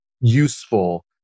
useful